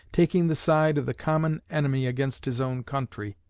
taking the side of the common enemy against his own country.